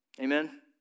Amen